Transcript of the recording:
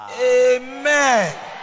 Amen